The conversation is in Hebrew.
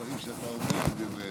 שהדברים שאתה אומר הם דברי אמת.